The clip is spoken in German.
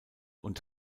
und